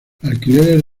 alquileres